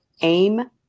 aim